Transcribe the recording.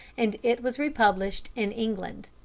and it was republished in england.